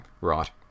Right